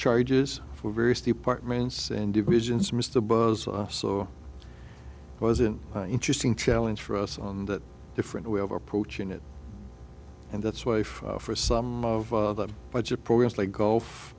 charges for various departments and divisions missed the buzz off so it was an interesting challenge for us on that different way of approaching it and that's wife for some of them budget problems like gulf